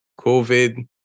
COVID